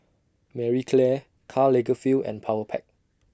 Marie Claire Karl Lagerfeld and Powerpac